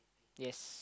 yes